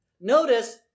Notice